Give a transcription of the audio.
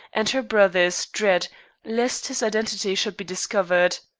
and her brother's, dread lest his identity should be discovered.